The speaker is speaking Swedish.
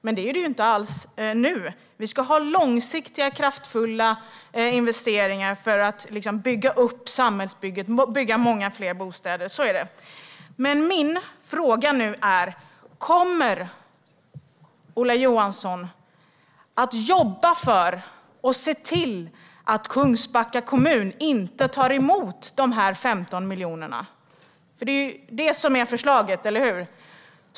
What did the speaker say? Men nu är det inte alls det. Vi ska ha långsiktiga, kraftfulla investeringar för att bygga upp samhället och bygga många fler bostäder. Så är det. Min fråga är: Kommer Ola Johansson att jobba för och se till att Kungsbacka kommun inte tar emot dessa 15 miljoner? Det är det som är förslaget, eller hur?